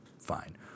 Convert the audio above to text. Fine